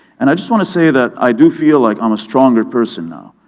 and i just wanna say that i do feel like i'm a stronger person now,